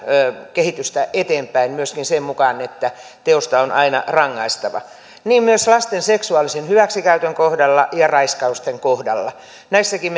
kehitystä eteenpäin myöskin sen mukaan että teosta on aina rangaistava niin myös lasten seksuaalisen hyväksikäytön kohdalla ja raiskausten kohdalla näissäkin